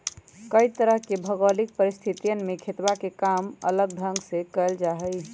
कई तरह के भौगोलिक परिस्थितियन में खेतवा के काम अलग ढंग से कइल जाहई